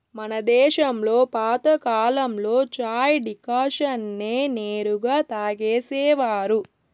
మన దేశంలో పాతకాలంలో చాయ్ డికాషన్ నే నేరుగా తాగేసేవారు